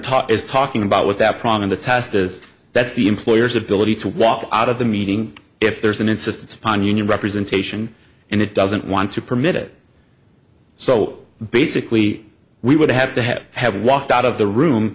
top is talking about with that problem in the test is that the employer's ability to walk out of the meeting if there's an insistence upon union representation and it doesn't want to permit it so basically we would have to have have walked out of the room